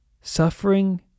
Suffering